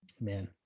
man